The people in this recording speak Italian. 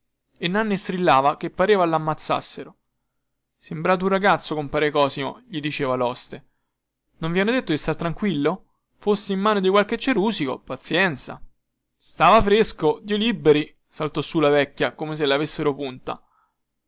e nanni strillava che pareva lammazzassero sembrate un ragazzo compare cosimo gli diceva loste non vi hanno detto di star tranquillo foste in mano di qualche cerusico pazienza stava fresco dio liberi saltò su la vecchia come se lavessero punta